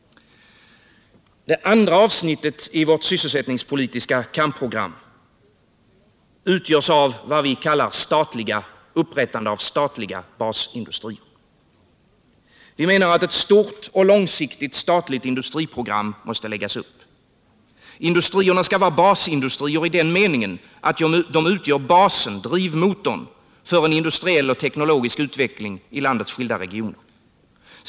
Det andra avsnittet i vårt sysselsättningspolitiska kampprogram gäller upprättande av vad vi kallar statliga basindustrier. Vi menar att ett stort och långsiktigt statligt industriprogram måste läggas upp. Industrierna skall vara basindustrier i den meningen att de utgör basen, drivmotorn, för en industriell och teknologisk utveckling i landets skilda regioner.